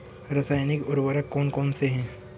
रासायनिक उर्वरक कौन कौनसे हैं?